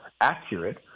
accurate